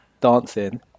dancing